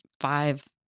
five